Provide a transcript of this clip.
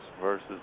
versus